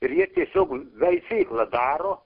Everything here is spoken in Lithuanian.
ir jie tiesiog veisyklą daro